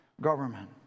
government